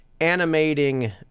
animating